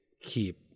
keep